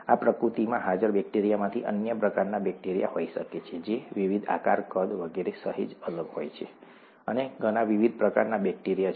આ પ્રકૃતિમાં હાજર બેક્ટેરિયામાંથી અન્ય પ્રકારના બેક્ટેરિયા હોઈ શકે છે જે વિવિધ આકાર કદ વગેરે સહેજ અલગ હોય શકે છે અને ઘણા વિવિધ પ્રકારના બેક્ટેરિયા છે